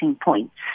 points